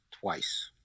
twice